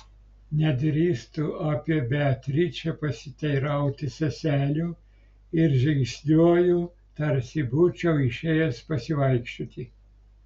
nedrįstu apie beatričę pasiteirauti seselių ir žingsniuoju tarsi būčiau išėjęs pasivaikščioti